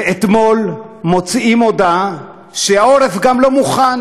ואתמול מוציאים הודעה שהעורף גם לא מוכן,